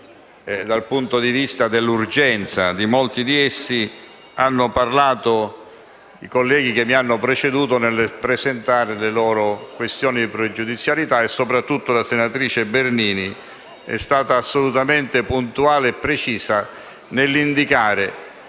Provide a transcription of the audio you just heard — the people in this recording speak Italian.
dal punto di vista dell'urgenza, di molti di essi, hanno parlato i colleghi che mi hanno proceduto nel presentare le loro questioni pregiudiziali. Soprattutto la senatrice Bernini è stata assolutamente puntuale e precisa nell'indicare